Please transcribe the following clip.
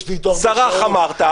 יש לי תואר --- "סרח" אמרת,